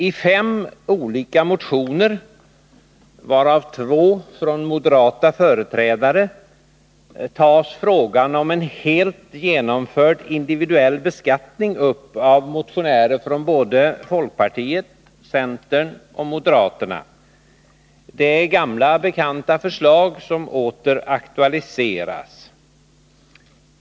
I fem olika motioner - varav två från moderata företrädare, två från centern och en från folkpartiet — tar motionärerna upp frågan om en helt genomförd individuell beskattning. Det är gamla bekanta förslag som åter aktualiseras.